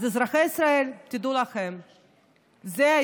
אז אזרחי ישראל,